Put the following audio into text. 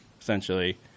essentially